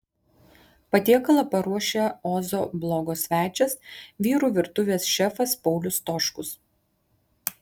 patiekalą paruošė ozo blogo svečias vyrų virtuvės šefas paulius stoškus